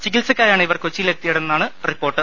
ചികി ത്സക്കായാണ് ഇവർ കൊച്ചിയിലെത്തിയതെന്നാണ് റിപ്പോർട്ട്